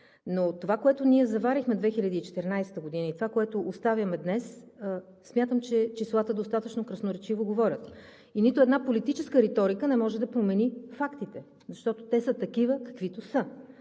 от това, което ние заварихме 2014 г., и това, което оставяме днес, смятам, че числата достатъчно красноречиво говорят и нито една политическа риторика не може да промени фактите, защото те са такива, каквито са.